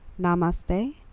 namaste